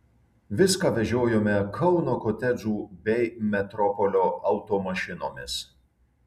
viską vežiojome kauno kotedžų bei metropolio automašinomis